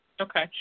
Okay